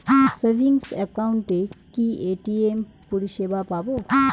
Savings একাউন্টে কি ATM পরিসেবা পাব?